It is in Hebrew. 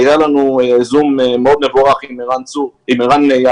היה לנו זום מאוד מבורך עם ערן יעקב,